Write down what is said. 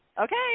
Okay